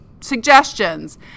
suggestions